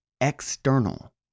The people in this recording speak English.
external